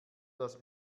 dass